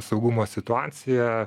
saugumo situaciją